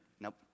Nope